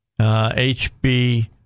HB